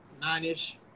nine-ish